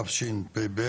התשפ"ב.